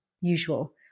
usual